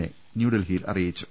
A ന്യൂഡൽഹിയിൽ അറിയിച്ചു